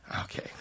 okay